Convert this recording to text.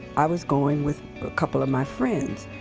i was going with a couple of my friends.